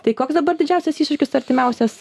tai koks dabar didžiausias iššūkis artimiausias